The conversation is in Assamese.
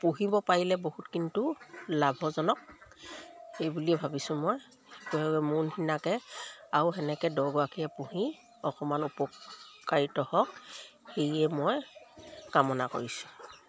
পুহিব পাৰিলে বহুত কিন্তু লাভজনক সেই বুলিয়ে ভাবিছোঁ মই মোৰ নিচিনাকে আৰু সেনেকে দহগৰাকীয়ে পুহি অকমান উপকাৰিত হওক সেয়ে মই কামনা কৰিছোঁ